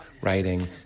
writing